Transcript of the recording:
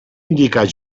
indicar